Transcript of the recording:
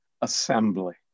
assembly